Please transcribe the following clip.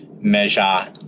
measure